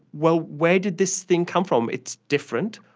well, where did this thing come from? it's different,